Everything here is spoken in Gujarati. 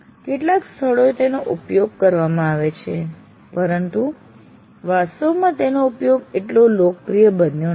કેટલાક સ્થળોએ તેનો ઉપયોગ કરવામાં આવે છે પરંતુ વાસ્તવમાં તેનો ઉપયોગ એટલો લોકપ્રિય બન્યો નથી